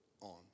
on